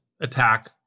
attack